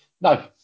No